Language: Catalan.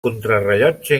contrarellotge